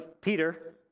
Peter